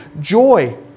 joy